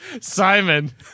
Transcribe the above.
Simon